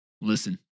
Listen